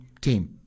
team